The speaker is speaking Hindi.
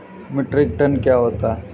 मीट्रिक टन क्या होता है?